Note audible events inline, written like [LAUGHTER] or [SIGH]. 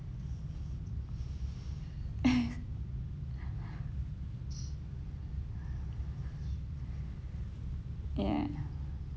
[LAUGHS] [BREATH] ya